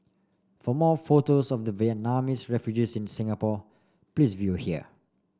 for more photos of the Vietnamese refugees in Singapore please view here